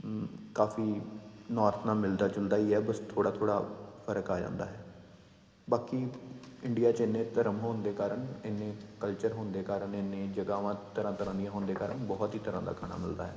ਕਾਫ਼ੀ ਨੌਰਥ ਨਾਲ ਮਿਲਦਾ ਜੁਲਦਾ ਹੀ ਹੈ ਬਸ ਥੋੜ੍ਹਾ ਥੋੜ੍ਹਾ ਫ਼ਰਕ ਆ ਜਾਂਦਾ ਹੈ ਬਾਕੀ ਇੰਡੀਆ 'ਚ ਇੰਨੇ ਧਰਮ ਹੋਣ ਦੇ ਕਾਰਨ ਇੰਨੇ ਕਲਚਰ ਹੋਣ ਦੇ ਕਾਰਨ ਇੰਨੇ ਜਗ੍ਹਾਵਾਂ ਤਰ੍ਹਾਂ ਤਰ੍ਹਾਂ ਦੀਆਂ ਹੋਣ ਦੇ ਕਾਰਨ ਬਹੁਤ ਹੀ ਤਰ੍ਹਾਂ ਦਾ ਖਾਣਾ ਮਿਲਦਾ ਹੈ